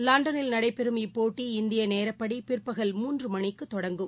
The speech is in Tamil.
லண்டனில் நடைபெறும் இப்போட்டி இந்தியநேரப்படிபிற்பகல் மூன்றுமணிக்குதொடங்கும்